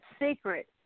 secret